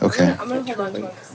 Okay